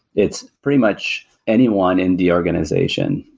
it's pretty much anyone in the organization,